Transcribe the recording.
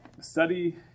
study